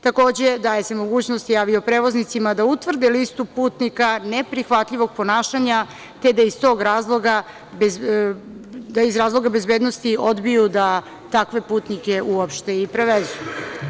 Takođe, daje se mogućnost avio-prevoznicima da utvrde listu putnika neprihvatljivog ponašanja, te da iz razloga bezbednosti odbiju da takve putnike uopšte i prevezu.